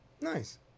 Nice